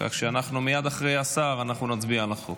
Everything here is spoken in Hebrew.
כך שמייד אחרי השר אנחנו נצביע על החוק.